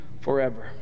forever